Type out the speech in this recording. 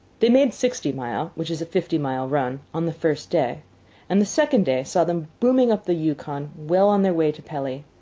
they made sixty mile, which is a fifty-mile run, on the first day and the second day saw them booming up the yukon well on their way to pelly.